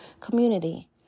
community